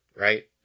right